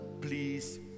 please